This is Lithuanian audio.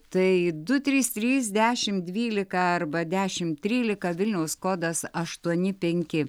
tai du trys trys dešimt dvylika arba dešimt trylika vilniaus kodas aštuoni penki